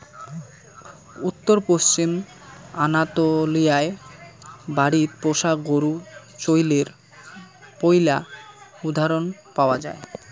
উত্তর পশ্চিম আনাতোলিয়ায় বাড়িত পোষা গরু চইলের পৈলা উদাহরণ পাওয়া যায়